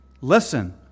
listen